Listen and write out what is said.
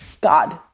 God